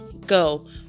go